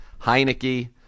Heineke